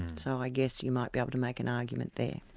so i guess you might be able to make an argument there.